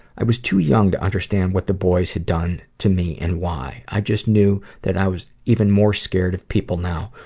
i was too young to understand what the boys had done to me and why. i just knew that i was even more scared of people now,